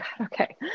Okay